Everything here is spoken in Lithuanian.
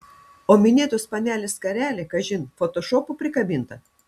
o minėtos panelės skarelė kažin fotošopu prikabinta